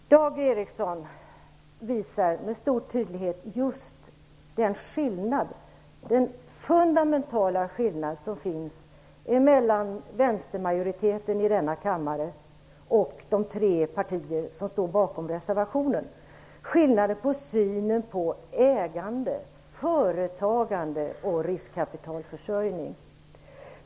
Fru talman! Dag Ericson visar med stor tydlighet just den fundamentala skillnad som finns mellan vänstermajoriteten i denna kammare och de tre partier som står bakom reservationen. Det gäller skillnaden i synen på ägande, företagande och riskkapitalförsörjning.